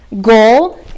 goal